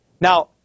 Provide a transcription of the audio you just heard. Now